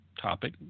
topic